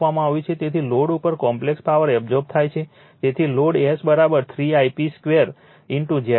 તેથી લોડ ઉપર complex power absorb થાય છે તેથી load S 3 I p 2 Zp છે